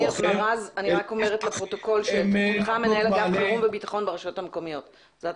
משרד הפנים אחראי על בניית הכוח של הרשויות המקומיות ולא על